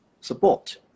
support